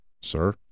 sir